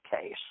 case